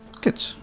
good